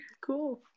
Cool